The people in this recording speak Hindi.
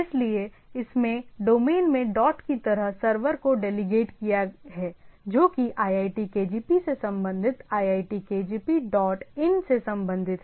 इसलिए इसने डोमेन में डॉट की तरह सर्वर को डेलिगेट किया है जो कि iitkgp से संबंधित iitkgp डॉट इन से संबंधित है